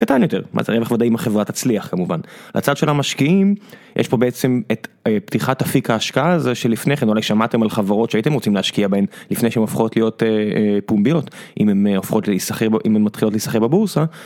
קטן יותר מה זה ערך ודאי אם החברה תצליח כמובן. לצד של המשקיעים יש פה בעצם את פתיחת אפיק ההשקעה הזה שלפני כן אולי שמעתם על חברות שהייתם רוצים להשקיע בהן לפני שהן הופכות להיות, אה, פומביות אם הן הופכות להיסחר אם הן מתחילות להיסחר בבורסה.